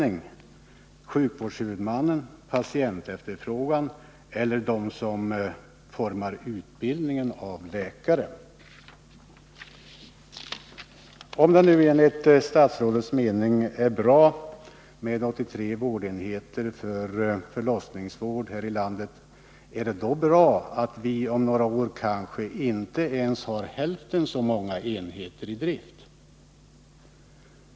Är det sjukvårdshuvudmannen, patientefterfrågan eller de som formar utbildningen av läkare? Om det nu enligt statsrådets mening är bra med 83 vårdenheter för förlossningsvård här i landet, är det då bra att vi om några år kanske inte ens har hälften så många enheter i drift?